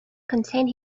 contain